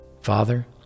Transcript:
Father